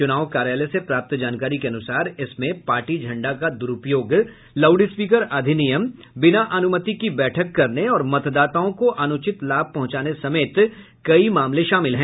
चुनाव कार्यालय से प्राप्त जानकारी के अनुसार इसमें पार्टी झंडा का द्रूपयोग लाउडस्पीकर अधिनियम बिना अनुमति की बैठक करने और मतदाताओं को अनुचित लाभ पहुंचाने समेत कई मामले शामिल हैं